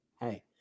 Hey